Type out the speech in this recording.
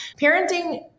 parenting